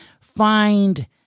find